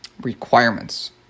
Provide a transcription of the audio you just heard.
requirements